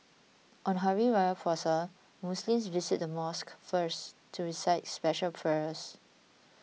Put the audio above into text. on Hari Raya Puasa Muslims visit the mosque first to recite special prayers